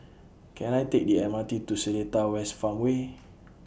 Can I Take The M R T to Seletar West Farmway